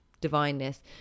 divineness